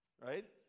right